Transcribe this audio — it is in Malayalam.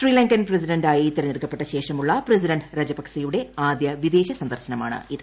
ശ്രീലങ്കൻ പ്രസിഡന്റായി തെരഞ്ഞെടുക്കപ്പെട്ട ശേഷമുള്ള പ്രസിഡന്റ് രജപക്സെയുടെ ആദ്യ വിദേശ സന്ദർശനമാണ് ഇത്